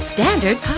Standard